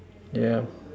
yeah